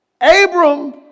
Abram